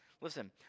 Listen